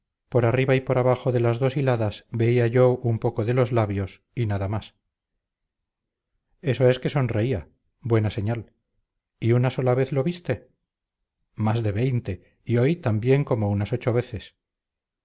por arriba y por abajo de las dos hiladas veía yo un poco de los labios y nada más eso es que sonreía buena señal y una sola vez lo viste más de veinte y hoy también como unas ocho veces